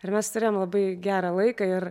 ir mes turėjom labai gerą laiką ir